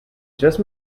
just